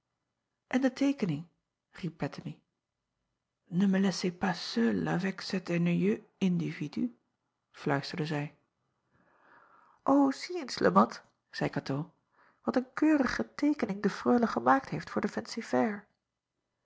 n de teekening riep ettemie ne me laissez pas seule avec cet ennuyeux individu fluisterde zij zie eens e at zeî atoo wat een keurige teekening de reule gemaakt heeft voor de